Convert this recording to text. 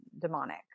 demonic